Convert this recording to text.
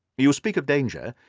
you speak of danger.